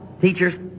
teachers